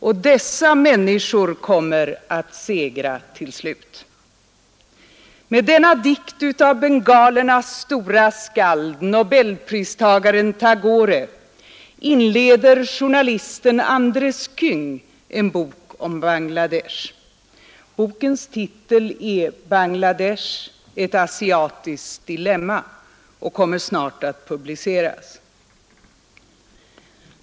Och dessa människor kommer att segra till slut.” Med denna dikt av bengalernas store skald, nobelpristagaren Tagore, inleder journalisten Andres King en bok om Bangla Desh. Bokens titel är ”Bangla Desh — ett asiatiskt dilemma” och kommer snart att publiceras.